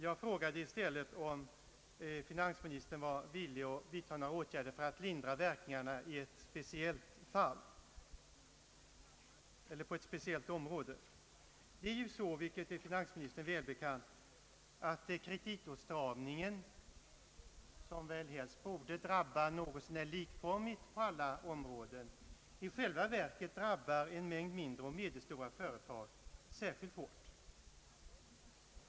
Jag frågade i stället om finansministern var villig att vidtaga några åtgärder för att lindra verkningarna på ett speciellt område. Kreditåtstramningen som väl helst borde drabba något så när likformigt på alla områden drabbar i själva verket en mängd mindre och medelstora företag särskilt hårt.